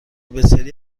بسیاری